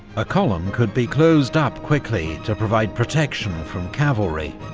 a column could be closed up quickly to provide protection from cavalry,